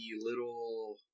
little